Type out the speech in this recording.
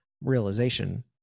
realization